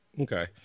Okay